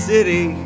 City